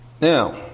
Now